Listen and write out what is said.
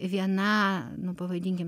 viena nu pavadinkim